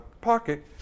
pocket